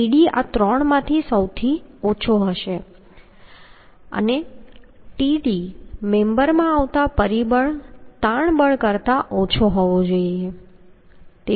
તેથી Td આ ત્રણમાંથી સૌથી ઓછો હશે અને તે Td મેમ્બરમાં આવતા પરિબળ તાણ બળ કરતા ઓછો હોવો જોઈએ